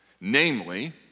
Namely